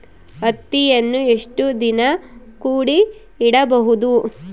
ಹತ್ತಿಯನ್ನು ಎಷ್ಟು ದಿನ ಕೂಡಿ ಇಡಬಹುದು?